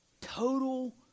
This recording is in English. Total